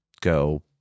Go